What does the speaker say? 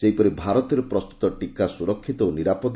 ସେହିପରି ଭାରତରେ ପ୍ରସ୍ତୁତ ଟିକା ସୁରକ୍ଷିତ ଓ ନିରାପଦ